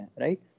right